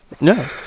No